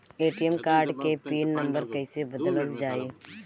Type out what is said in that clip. ATM card के pin number कईसे बदलल जाई?